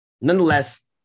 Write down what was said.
Nonetheless